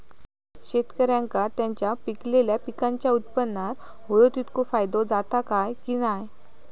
शेतकऱ्यांका त्यांचा पिकयलेल्या पीकांच्या उत्पन्नार होयो तितको फायदो जाता काय की नाय?